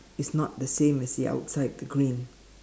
it's not the same as the outside the green